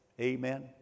Amen